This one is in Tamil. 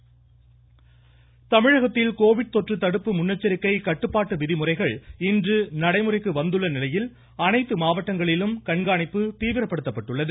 மமமமம கோவிட் தமிழகத்தில் கோவிட் தொற்று தடுப்பு முன்னெச்சரிக்கை கட்டுப்பாட்டு விதிமுறைகள் இன்று நடைமுறைக்கு வந்துள்ள நிலையில் அனைத்து மாவட்டங்களிலும் கண்காணிப்பு தீவிரப்படுத்தப்பட்டுள்ளது